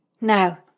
Now